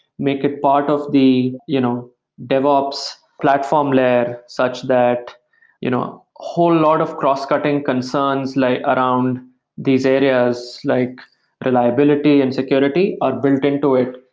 make it part of the you know devops platform layer, such that you know whole lot of cross-cutting concerns like around these areas, like reliability and security are built into it.